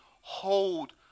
hold